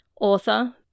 Author